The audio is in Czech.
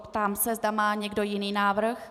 Ptám se, zda má někdo jiný návrh.